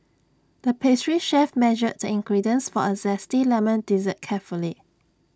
the pastry chef measured the ingredients for A Zesty Lemon Dessert carefully